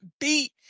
beat